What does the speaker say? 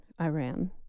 Iran